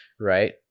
right